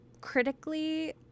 critically